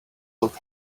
look